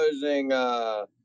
closing